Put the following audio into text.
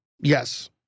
Yes